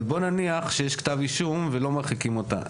בוא נניח שיש כתב אישום ולא מרחיקים אותה,